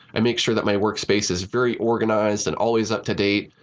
i make sure that my workspace is very organized and always up to date.